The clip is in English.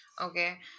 okay